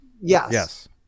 Yes